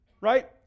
Right